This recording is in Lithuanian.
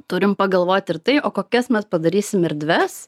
turim pagalvoti ir tai o kokias mes padarysim erdves